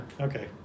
Okay